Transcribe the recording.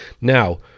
Now